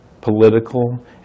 political